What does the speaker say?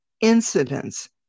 incidents